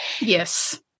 yes